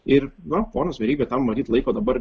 ir gal ponas veryga tam matyt laiko dabar